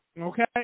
okay